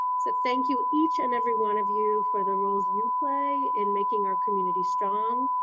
so thank you each and every one of you for the roles you play in making our community strong.